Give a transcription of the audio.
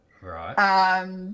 Right